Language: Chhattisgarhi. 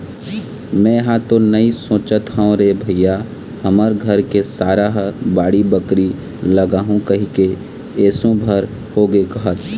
मेंहा तो नइ सोचत हव रे भइया हमर घर के सारा ह बाड़ी बखरी लगाहूँ कहिके एसो भर होगे कहत